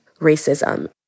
racism